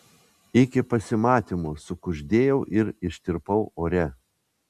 iki pasimatymo sukuždėjau ir ištirpau ore